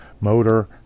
Motor